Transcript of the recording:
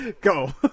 Go